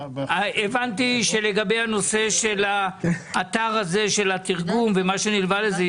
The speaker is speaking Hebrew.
הבנתי שלגבי הנושא של האתר הזה של התרגום ומה שנלווה לזה,